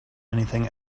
anything